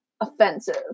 offensive